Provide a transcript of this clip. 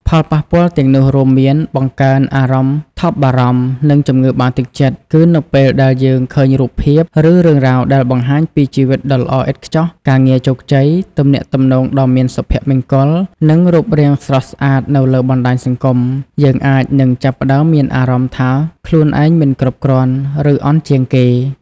ផលប៉ះពាល់ទាំងនោះរួមមាន បង្កើនអារម្មណ៍ថប់បារម្ភ និងជំងឺបាក់ទឹកចិត្តគឺនៅពេលដែលយើងឃើញរូបភាព ឬរឿងរ៉ាវដែលបង្ហាញពីជីវិតដ៏ល្អឥតខ្ចោះ ការងារជោគជ័យ ទំនាក់ទំនងដ៏មានសុភមង្គល និងរូបរាងស្រស់ស្អាតនៅលើបណ្ដាញសង្គម យើងអាចនឹងចាប់ផ្ដើមមានអារម្មណ៍ថាខ្លួនឯងមិនគ្រប់គ្រាន់ ឬអន់ជាងគេ។